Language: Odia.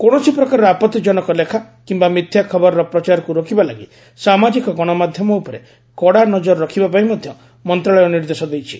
କୌଣସି ପ୍ରକାରର ଆପଭିଜନକ ଲେଖା କିମ୍ବା ମିଥ୍ୟା ଖବରର ପ୍ରଚାରକୁ ରୋକିବା ଲାଗି ସାମାଜିକ ଗଣମାଧ୍ୟମ ଉପରେ କଡ଼ା ନଜର ରଖିବା ପାଇଁ ମଧ୍ୟ ମନ୍ତ୍ରଣାଳୟ ନିର୍ଦ୍ଦେଶ ଦେଇଛି